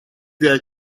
their